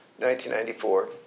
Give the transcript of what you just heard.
1994